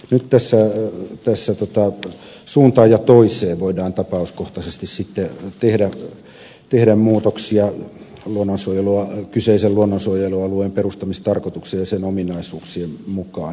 nyt tässä suuntaan ja toiseen voidaan tapauskohtaisesti sitten tehdä muutoksia kyseisen luonnonsuojelualueen perustamistarkoituksen ja sen ominaisuuksien mukaan